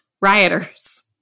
rioters